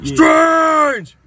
Strange